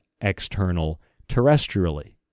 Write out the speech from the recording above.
external-terrestrially